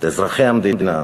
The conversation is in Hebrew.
את אזרחי המדינה,